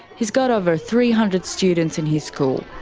he's got over three hundred students in his school.